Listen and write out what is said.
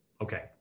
Okay